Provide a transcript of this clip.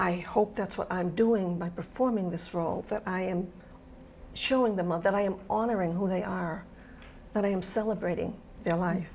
i hope that's what i'm doing by performing this role that i am showing them up that i am honoring who they are that i am celebrating their life